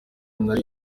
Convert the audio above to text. nari